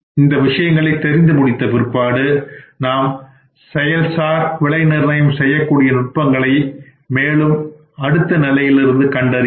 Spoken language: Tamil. இந்த விஷயங்களை தெரிந்து முடிந்த பிற்பாடு நாம் செயல்சார் விலை நிர்ணயம் செய்யக்கூடிய நுட்பங்களை மேலும் அடுத்து நிலையிலிருந்து கண்டறிவோம்